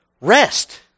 Rest